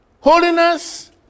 holiness